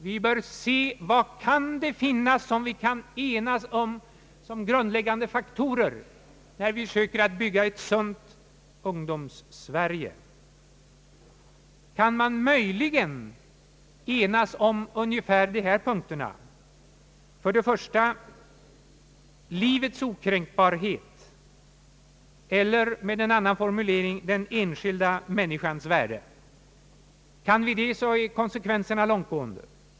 Vi bör se vad det kan finnas att enas om som grundläggande faktorer, när vi söker bygga ett sunt Ungdomssverige. Kanske kan vi enas om ungefär de här punkterna: 1) Livets okränkbarhet eller, med en annan formulering, den enskilda människans värde. Kan vi det är konsekvenserna långtgående.